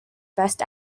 best